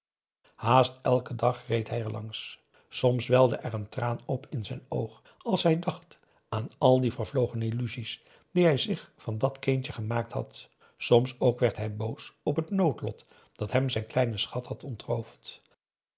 haast elken dag reed hij er langs soms welde er een traan op in zijn oog als hij dacht aan al de vervlogen illusies die hij zich van dat kindje gemaakt had soms ook werd hij boos op het noodlot dat hem zijn kleinen schat had ontroofd